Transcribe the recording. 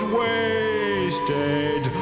wasted